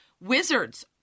Wizards